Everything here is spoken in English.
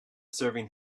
serving